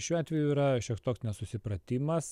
šiuo atveju yra šioks toks nesusipratimas